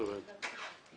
לא הבנתי.